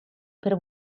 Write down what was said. per